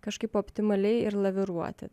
kažkaip optimaliai ir laviruoti